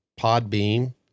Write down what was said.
PodBeam